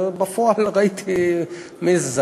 ובפועל ראיתי מי אלה,